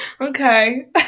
Okay